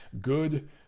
Good